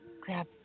grab